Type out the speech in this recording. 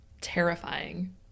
terrifying